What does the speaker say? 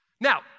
Now